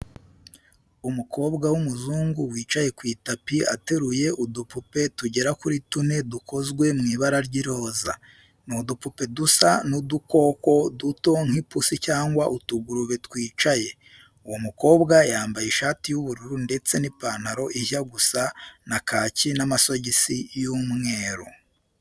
Umukobwa w'umuzungu wicaye ku itapi ateruye udupupe tugera kuri tune dukozwe mu ibara ry'iroza. Ni udupupe dusa n'udukoko duto nk'ipusi cyangwa utugurube twicaye. Uwo mukobwa yambaye ishati y'ubururu ndetse n'ipantaro ijya gusa na kaki n'amasogisi y'umweru.